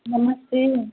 नमस्ते